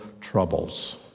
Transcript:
troubles